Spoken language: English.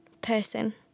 person